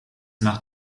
nach